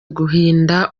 guhinda